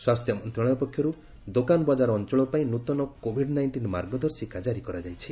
ସ୍ୱାସ୍ଥ୍ୟ ମନ୍ତ୍ରଣାଳୟ ପକ୍ଷରୁ ଦୋକାନ ବଜାର ଅଞ୍ଚଳ ପାଇଁ ନୃତନ କୋଭିଡ୍ ନାଇଣ୍ଟିନ୍ ମାର୍ଗଦର୍ଶିକା ଜାରି କରାଯାଇଛି